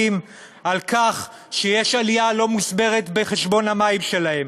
על כך שיש עלייה לא מוסברת בחשבון המים שלהם,